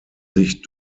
sich